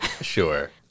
Sure